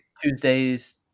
Tuesdays